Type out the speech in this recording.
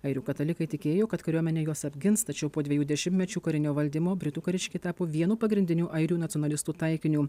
airių katalikai tikėjo kad kariuomenė juos apgins tačiau po dviejų dešimtmečių karinio valdymo britų kariškiai tapo vienu pagrindinių airių nacionalistų taikiniu